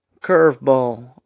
Curveball